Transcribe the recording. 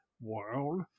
world